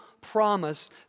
promise